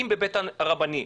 אם בבית הדין הרבני,